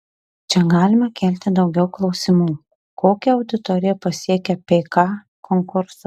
čia galime kelti daugiau klausimų kokią auditoriją pasiekia pk konkursas